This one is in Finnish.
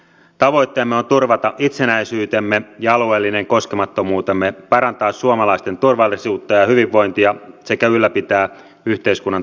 tavoitteemme on turvata itsenäisyytemme ja alueellinen koskemattomuutemme parantaa suomalaisten turvallisuutta ja hyvinvointia sekä ylläpitää yhteiskunnan toimivuutta